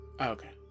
Okay